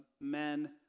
men